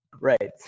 Right